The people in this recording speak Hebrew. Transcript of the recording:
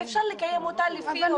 ואפשר לקיים אותה לפי הוראות משרד הבריאות.